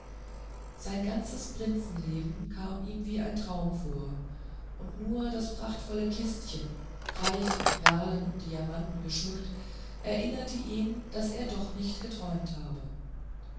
sein ganzes prinzenleben kam ihm wie ein traum vor und nur das prachtvolle kistchen reich mit perlen und diamanten geschmückt erinnerte ihn daß er doch nicht geträumt habe